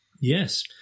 Yes